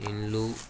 ఇండ్లు